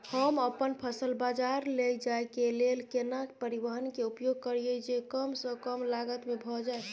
हम अपन फसल बाजार लैय जाय के लेल केना परिवहन के उपयोग करिये जे कम स कम लागत में भ जाय?